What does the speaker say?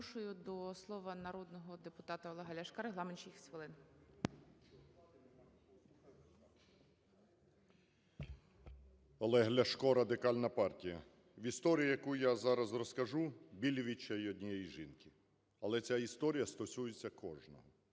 Олег Ляшко, Радикальна партія. Історія, яку я зараз розкажу, – біль і відчай однієї жінки, але ця історія стосується кожного,